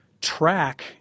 track